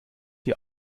die